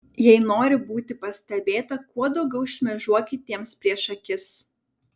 jei nori būti pastebėta kuo daugiau šmėžuok kitiems prieš akis